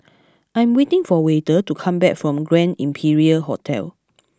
I am waiting for Wayde to come back from Grand Imperial Hotel